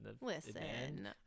Listen